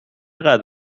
قدر